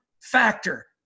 factor